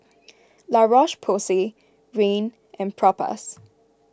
La Roche Porsay Rene and Propass